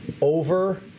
over